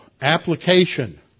application